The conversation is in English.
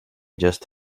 just